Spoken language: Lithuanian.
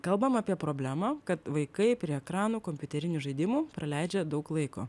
kalbam apie problemą kad vaikai prie ekranų kompiuterinių žaidimų praleidžia daug laiko